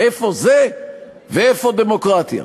איפה זה ואיפה דמוקרטיה?